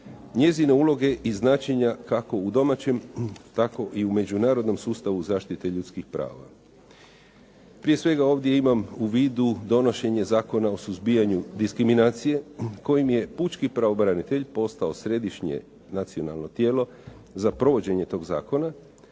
njezine uloge i značenja kako u domaćem, tako i u međunarodnom sustavu zaštite ljudskih prava. Prije svega ovdje imam u vidu donošenje Zakona o suzbijanju diskriminacije kojim je pučki pravobranitelj postao središnje nacionalno tijelo za provođenje toga zakona